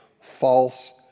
false